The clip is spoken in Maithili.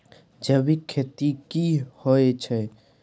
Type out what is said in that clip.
जैविक खेती की होए छै?